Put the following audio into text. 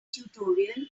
tutorial